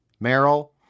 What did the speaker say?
Merrill